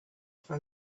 for